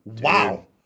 Wow